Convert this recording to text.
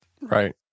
right